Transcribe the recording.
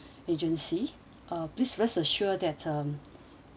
agency uh please rest assured that um